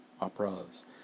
operas